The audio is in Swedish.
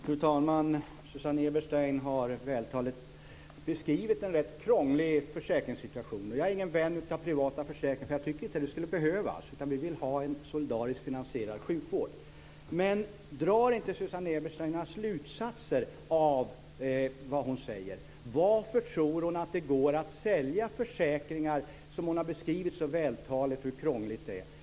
Fru talman! Susanne Eberstein har vältaligt beskrivit en rätt krånglig försäkringssituation. Jag är ingen vän av privata försäkringar, för jag tycker inte att de skulle behövas. Vi vill i stället ha en solidariskt finansierad sjukvård. Men drar inte Susanne Eberstein några slutsatser av vad hon säger? Varför tror hon att det går att sälja försäkringarna? Hon har ju så vältaligt beskrivit hur krångliga de är.